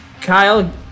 Kyle